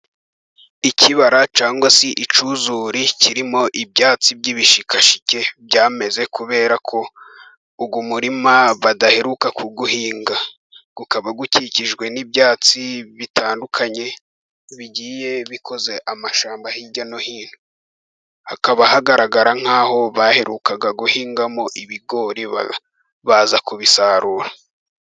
Ikibara cyangwa se icyuzuri, kirimo ibyatsi by'ibishikashike byameze kubera ko uy'umurima badaheruka kuwuhinga ukaba ukikijwe n'ibyatsi bitandukanye bigiye bikoze amashyamba hirya no hino hakaba hagaragara nk'aho baheruka guhingamo ibigori baza kubisarura.